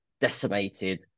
decimated